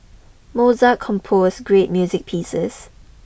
Mozart composed great music pieces